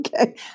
Okay